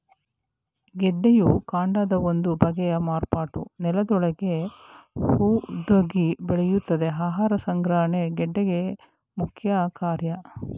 ಗೆಡ್ಡೆಯು ಕಾಂಡದ ಒಂದು ಬಗೆಯ ಮಾರ್ಪಾಟು ನೆಲದೊಳಗೇ ಹುದುಗಿ ಬೆಳೆಯುತ್ತದೆ ಆಹಾರ ಸಂಗ್ರಹಣೆ ಗೆಡ್ಡೆ ಮುಖ್ಯಕಾರ್ಯ